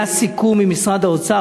היה סיכום עם משרד האוצר.